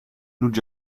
new